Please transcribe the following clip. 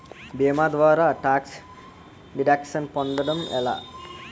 భీమా ద్వారా tax deduction పొందటం ఎలా?